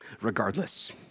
regardless